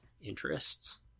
interests